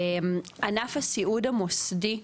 ענף הסיעוד המוסדי,